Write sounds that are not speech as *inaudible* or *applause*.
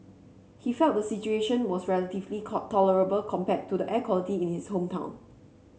he felt the situation was relatively *unintelligible* tolerable compared to air quality in his hometown